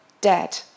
dead